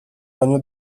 años